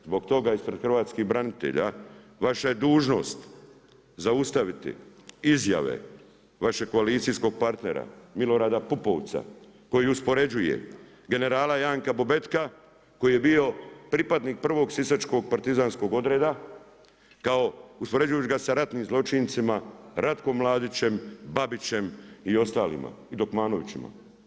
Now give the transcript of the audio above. Zbog toga ispred hrvatskih branitelja vaša je dužnost zaustaviti izjave vašeg koalicijskog partnera Milorada Pupovca koji uspoređuje generala Janka Bobetka koji je bio pripadnik prvog sisačkog partizanskog odreda kao, uspoređujući ga sa ratnim zločincima Ratkom Mladićem, Babićem i ostalima i Dokmanovićima.